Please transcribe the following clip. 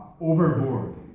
overboard